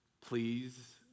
please